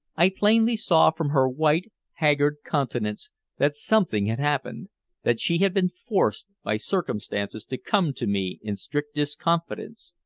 i plainly saw from her white, haggard countenance that something had happened that she had been forced by circumstances to come to me in strictest confidence.